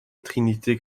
trinité